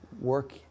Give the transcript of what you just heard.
work